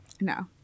No